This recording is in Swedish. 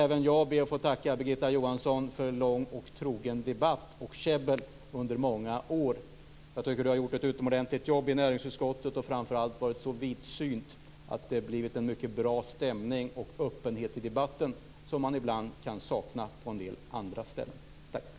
Även jag skall be att få tacka Birgitta Johansson för lång och trogen debatt och käbbel under många år. Jag tycker att du har gjort ett utomordentligt jobb i näringsutskottet. Framför allt har du varit så vidsynt att det har blivit en mycket bra stämning och öppenhet i debatten, som man ibland kan sakna på en del andra ställen. Tack!